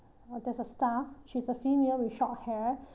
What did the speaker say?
uh there's a staff she's a female with short hair